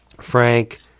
Frank